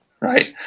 right